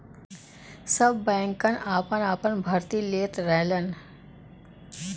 सब बैंकन आपन आपन भर्ती लेत रहलन